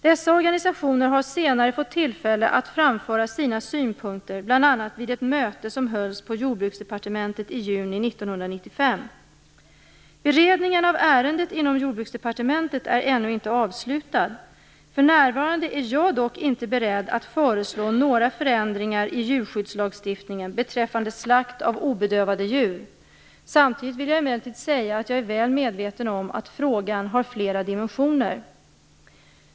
Dessa organisationer har senare fått tillfälle att framföra sina synpunkter bl.a. vid ett möte som hölls på Jordbruksdepartementet i juni 1995. Beredningen av ärendet inom Jordbruksdepartementet är ännu inte avslutad. För närvarande är jag dock inte beredd att föreslå några förändringar i djurskyddslagstiftningen beträffande slakt av obedövade djur. Samtidigt vill jag emellertid säga att jag är väl medveten om att frågan har flera dimensioner.